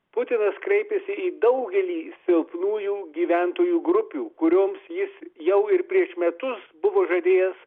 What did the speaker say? putinas kreipėsi į daugelį silpnųjų gyventojų grupių kurioms jis jau ir prieš metus buvo žadėjęs